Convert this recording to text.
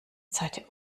zeit